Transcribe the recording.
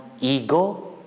ego